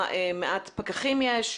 כמה מעט פקחים יש,